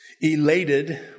elated